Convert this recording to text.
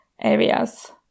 areas